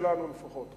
שלנו לפחות.